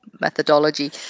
methodology